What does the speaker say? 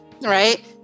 right